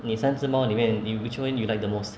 你三只猫里面 do which one do you like the most